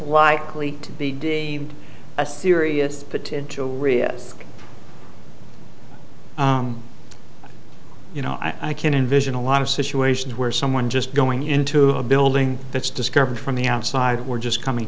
likely to be doing a serious potential risk you know i can envision a lot of situations where someone just going into a building that's discovered from the outside we're just coming